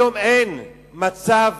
היום אין מצב